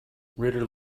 ritter